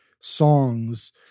songs